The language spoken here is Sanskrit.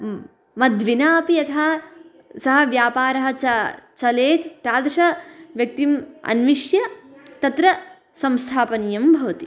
मद्विनापि यथा सः व्यापारः च चलेत् तादृशव्यक्तिम् अन्विष्य तत्र संस्थापनीयं भवति